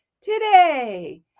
today